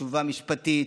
בתשובה משפטית,